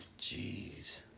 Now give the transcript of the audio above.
Jeez